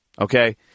Okay